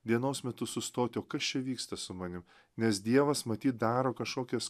dienos metu sustot kas čia vyksta su manim nes dievas matyt daro kašokias